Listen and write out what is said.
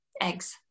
Eggs